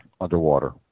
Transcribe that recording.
underwater